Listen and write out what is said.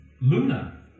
Luna